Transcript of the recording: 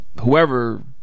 whoever